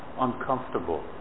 uncomfortable